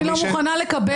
אני לא מוכנה לקבל בשום צורה.